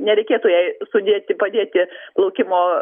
nereikėtų jai sudėti padėti plaukimo